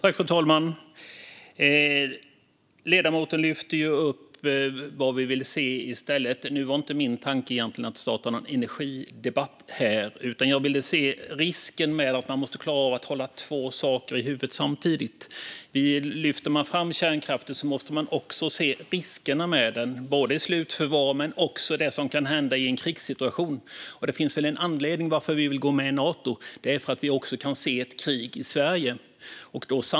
Fru talman! Ledamoten ställer frågan om vad vi vill se i stället. Min tanke var inte att starta en energidebatt, utan jag tänkte på risken med att inte klara av att ha två tankar i huvudet samtidigt. Om man lyfter fram kärnkraften måste man också se riskerna med den, både när det gäller slutförvar och det som kan hända i en krigssituation. Det finns en anledning till att Sverige vill gå med i Nato, och det är att vi kan se ett krig också här.